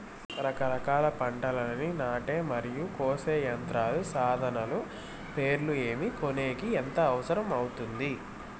రకరకాల పంటలని నాటే మరియు కోసే యంత్రాలు, సాధనాలు పేర్లు ఏమి, కొనేకి ఎంత అవసరం అవుతుంది?